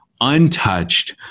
untouched